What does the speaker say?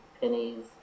pennies